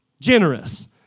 generous